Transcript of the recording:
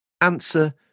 Answer